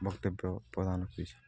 ବକ୍ତବ୍ୟ ପ୍ରଦାନ